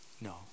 No